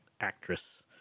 actress